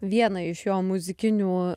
vieną iš jo muzikinių